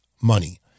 money